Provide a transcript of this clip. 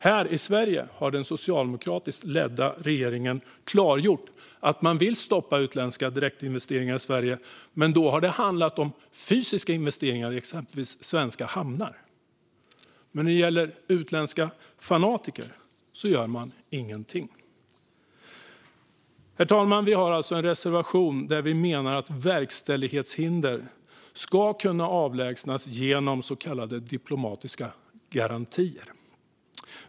Här i Sverige har den socialdemokratiskt ledda regeringen klargjort att man vill stoppa utländska direktinvesteringar i Sverige, men då har det handlat om fysiska investeringar i exempelvis svenska hamnar. När det gäller utländska fanatiker gör regeringen ingenting. Herr talman! Vi har alltså en reservation där vi menar att verkställighetshinder ska kunna avlägsnas genom så kallade diplomatiska garantier.